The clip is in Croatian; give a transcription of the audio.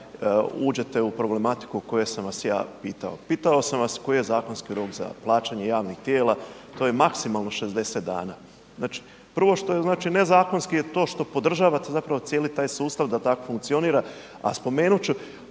uđete u problematiku o kojoj sam vas ja pitao. Pitao sam vas koji je zakonski rok za plaćanje javnih tijela, to je maksimalno 60 dana. Znači, prvo što je znači nezakonski je to što podržavate zapravo cijeli taj sustav da tako funkcionira, a spomenut